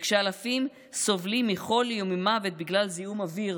וכשאלפים סובלים מחולי וממוות בגלל זיהום אוויר,